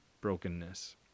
brokenness